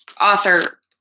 Author